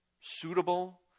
suitable